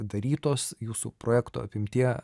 darytos jūsų projekto apimtyje